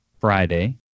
Friday